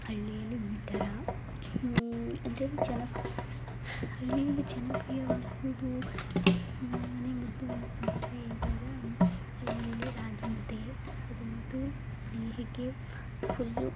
ಹಳ್ಳಿಯಲ್ಲಿ ಈ ಥರ ಅಂದರೆ ಜನಪ್ ಹಳ್ಳಿಯಲ್ಲಿ ಜನಪ್ರಿಯವಾಗುವುದು ಮನೆಮದ್ದು ಏನೆಂದ್ರೆ ಈವಾಗ ಹಳ್ಳಿಯಲ್ಲಿ ರಾಗಿಮುದ್ದೆ ಅದಂತೂ ದೇಹಕ್ಕೆ ಫುಲ್ಲು